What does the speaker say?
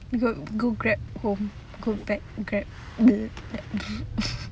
you go grab home go back grab